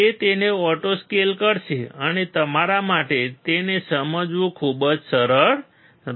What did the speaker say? તે તેને auto scale કરશે અને તમારા માટે તેને સમજવું ખૂબ જ સરળ રહેશે